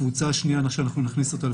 הקבוצה השנייה שאנחנו נכניס אותה,